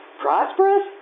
Prosperous